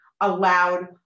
allowed